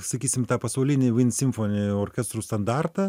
sakysim tą pasaulinį vin simfoniniu orkestrų standartą